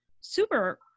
super